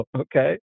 okay